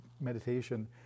meditation